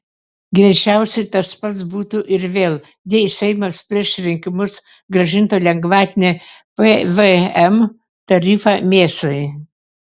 greičiausiai tas pats būtų ir vėl jei seimas prieš rinkimus grąžintų lengvatinį pvm tarifą mėsai